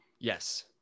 Yes